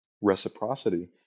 Reciprocity